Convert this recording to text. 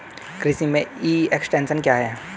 कृषि में e extension क्या है?